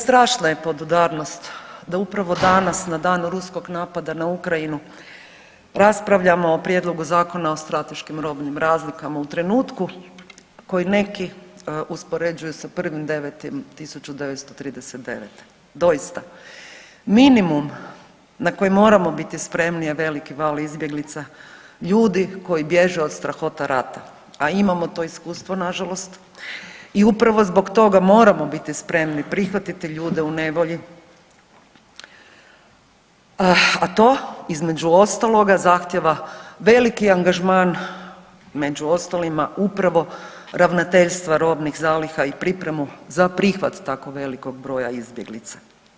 Strašna je podudarnost da upravo danas na dan ruskog napada na Ukrajinu raspravljamo o prijedlogu Zakona o strateškim robnim razlikama u trenutku koji neki uspoređuju sa 1.9.1939., doista minimum na koji moramo biti spremni na veliki val izbjeglica, ljudi koji bježe od strahota rata, a imamo to iskustvo nažalost i upravo zbog toga moramo biti spremni prihvatiti ljude u nevolji, a to između ostaloga zahtjeva veliki angažman među ostalima upravo ravnateljstva robnih zaliha i pripremu za prihvat tako velikog broja izbjeglica.